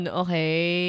okay